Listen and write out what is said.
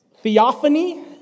Theophany